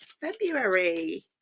February